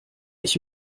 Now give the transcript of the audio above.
ich